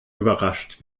überrascht